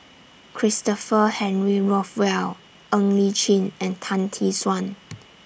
Christopher Henry Rothwell Ng Li Chin and Tan Tee Suan